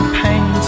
pain